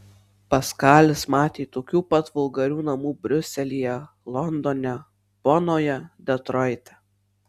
paskalis matė tokių pat vulgarių namų briuselyje londone bonoje detroite